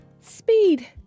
speed